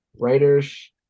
writers